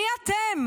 מי אתם?